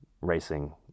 racing